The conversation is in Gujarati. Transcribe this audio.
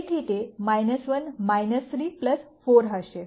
તેથી તે 1 3 4 હશે